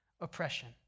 oppression